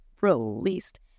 released